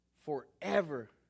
Forever